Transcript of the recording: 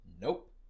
Nope